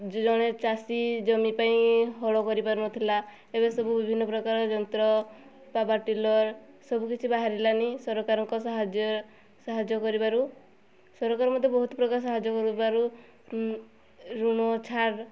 ଜଣେ ଚାଷି ଜମି ପାଇଁ ହଳ କରିପାରୁନଥିଲା ଏବେ ସବୁ ବିଭିନ୍ନ ପ୍ରକାର ଯନ୍ତ୍ର ପାୱାର ଟିଲର୍ ସବୁକିଛି ବାହାରିଲାଣି ସରକାରଙ୍କ ସାହାଯ୍ୟ ସାହାଯ୍ୟ କରିବାରୁ ସରକାର ମୋତେ ବହୁତ ପ୍ରକାର ସାହାଯ୍ୟ କରିବାରୁ ଋଣ ଛାଡ଼